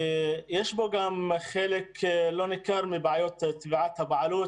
יש בו גם חלק לא ניכר מבעיות תביעת הבעלות.